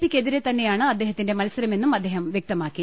P ക്കെതിരെ തന്നെ യാണ് അദ്ദേഹത്തിന്റെ മത്സരമെന്നും അദ്ദേഹം വ്യക്തമാക്കി